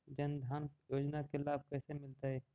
जन धान योजना के लाभ कैसे मिलतै?